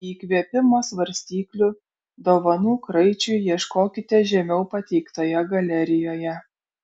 įkvėpimo svarstyklių dovanų kraičiui ieškokite žemiau pateiktoje galerijoje